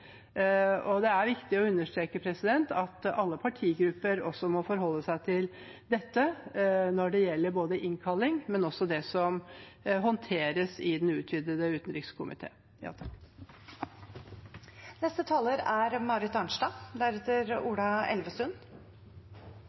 viktig å understreke at alle partigrupper må forholde seg til dette når det gjelder både innkalling og det som håndteres i den utvidete utenrikskomité. Jeg må først få lov til å si at jeg synes det er